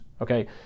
okay